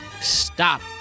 stop